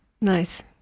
Nice